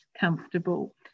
comfortable